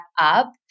up